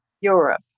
Europe